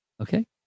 Okay